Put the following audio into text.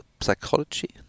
psychology